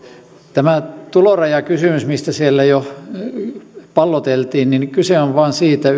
tämä tulorajakysymys mistä siellä jo palloteltiin kyse on yksinkertaisesti vain siitä